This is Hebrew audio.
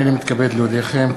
הנני מתכבד להודיעכם,